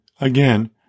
Again